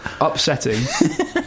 Upsetting